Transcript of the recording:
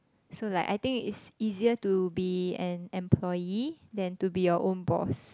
so like I think it's easier to be an employee than to be your own boss